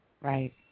Right